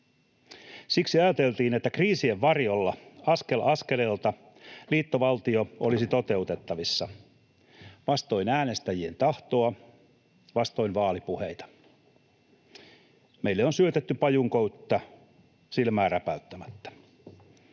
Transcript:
Siksi ajateltiin, että kriisien varjolla askel askeleelta liittovaltio olisi toteutettavissa — vastoin äänestäjien tahtoa, vastoin vaalipuheita. Meille on syötetty pajunköyttä silmää räpäyttämättä.